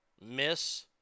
Miss